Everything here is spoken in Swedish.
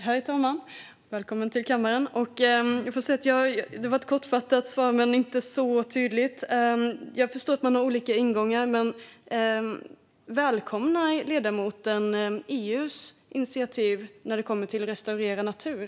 Herr talman! Det var ett kortfattat men inte så tydligt svar. Jag förstår att man har olika ingångar, men välkomnar ledamoten EU:s initiativ om att restaurera natur?